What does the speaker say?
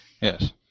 Yes